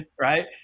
right